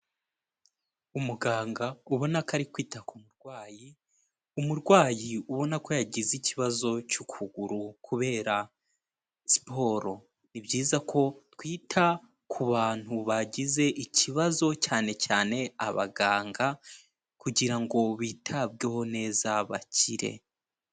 Umuganga ubona ko ari kwita ku murwayi, umurwayi ubona ko yagize ikibazo cy'ukuguru kubera siporo. Ni byiza ko twita ku bantu bagize ikibazo cyane cyane abaganga kugira ngo bitabweho neza bakire.